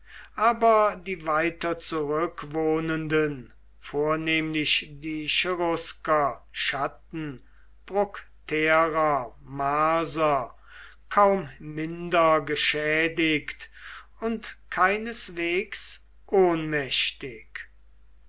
aber die weiter zurück wohnenden vornehmlich die cherusker chatten bructerer marser kaum minder geschädigt und keineswegs ohnmächtig